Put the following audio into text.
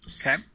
Okay